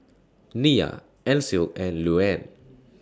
Nia Ancil and Luanne